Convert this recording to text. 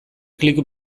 klik